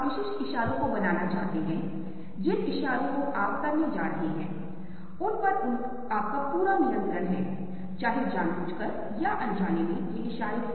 अब हमें किसी और चीज़ पर ध्यान देना चाहिए क्योंकि अनुभूति वह चीज़ है जिसे ध्यान द्वारा जाना जाता है या जिसे मध्यस्थता कहा जाता है